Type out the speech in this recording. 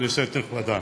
כנסת נכבדה,